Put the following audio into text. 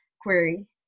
query